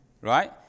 Right